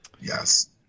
Yes